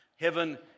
heaven